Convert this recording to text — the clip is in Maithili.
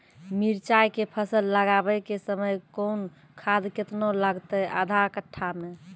मिरचाय के फसल लगाबै के समय कौन खाद केतना लागतै आधा कट्ठा मे?